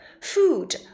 food